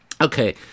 Okay